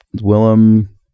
Willem